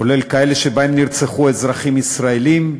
כולל כאלה שבהם נרצחו אזרחים ישראלים,